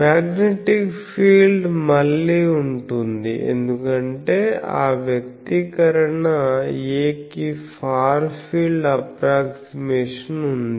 magnetic field మళ్ళీ ఉంటుంది ఎందుకంటే ఆ వ్యక్తీకరణ A కి ఫార్ ఫీల్డ్ అప్ప్రోక్సిమేషన్ ఉంది